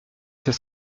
c’est